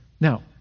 Now